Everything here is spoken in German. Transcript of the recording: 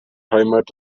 heimat